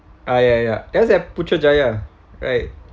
ah ya ya that was at putrajaya right